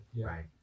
Right